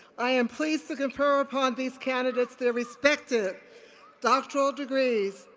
i am pleased to confer upon these candidates their respective doctoral degrees.